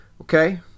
okay